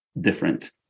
different